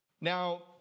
Now